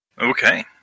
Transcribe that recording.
Okay